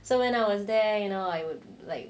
so when I was there and I would like